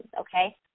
okay